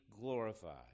glorified